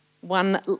One